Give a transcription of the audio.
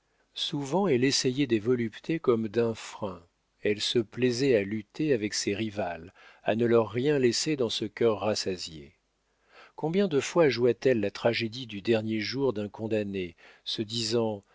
souvent elle essayait des voluptés comme d'un frein elle se plaisait à lutter avec ses rivales à ne leur rien laisser dans ce cœur rassasié combien de fois joua t elle la tragédie du dernier jour d'un condamné se disant